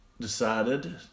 decided